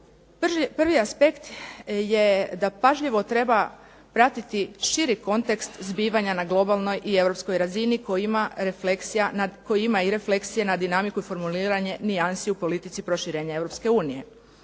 Prvi aspekt je da pažljivo treba pratiti širi kontekst zbivanja na globalnoj i europskoj razini koji ima i refleksije na dinamiku i formuliranje nijansi u politici proširenja EU.